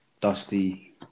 dusty